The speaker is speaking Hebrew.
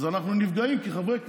אז אנחנו נפגעים כחברי כנסת.